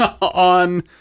on